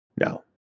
No